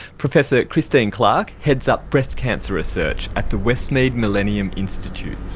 professor christine clarke heads up breast cancer research at the westmead millennium institute.